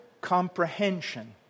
comprehension